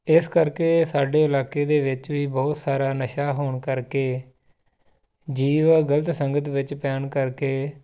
ਇਸ ਕਰਕੇ ਸਾਡੇ ਇਲਾਕੇ ਦੇ ਵਿੱਚ ਵੀ ਬਹੁਤ ਸਾਰਾ ਨਸ਼ਾ ਹੋਣ ਕਰਕੇ ਜੀਵ ਗਲਤ ਸੰਗਤ ਵਿੱਚ ਪੈਣ ਕਰਕੇ